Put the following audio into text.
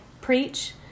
preach